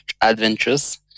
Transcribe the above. adventures